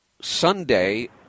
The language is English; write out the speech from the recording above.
Sunday